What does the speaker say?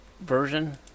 version